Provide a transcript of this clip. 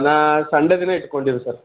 ನಾ ಸಂಡೆ ದಿನ ಇಟ್ಕೊಂಡೀವಿ ಸರ್